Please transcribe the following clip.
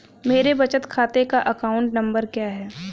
मेरे बचत खाते का अकाउंट नंबर क्या है?